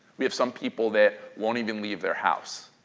we have some people that won't even leave their house.